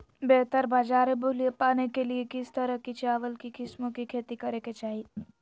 बेहतर बाजार मूल्य पाने के लिए किस तरह की चावल की किस्मों की खेती करे के चाहि?